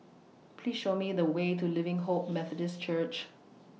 Please Show Me The Way to Living Hope Methodist Church